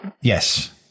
Yes